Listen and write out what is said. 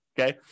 Okay